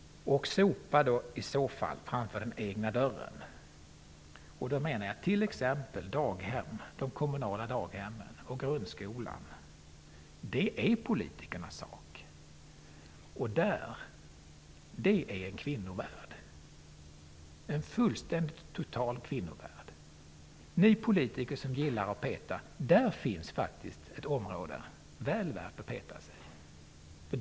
Sopa i så fall framför den egna dörren! Jag menar t.ex. de kommunala daghemmen och grundskolan. Det är politikernas sak. Dessa platser utgör en fullständig, total kvinnovärld. Ni politiker som gillar att peta: Där finns faktiskt ett område väl värt att peta i.